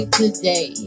today